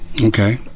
Okay